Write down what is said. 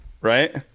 Right